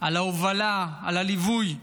על ההובלה ועל הליווי.